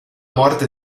morte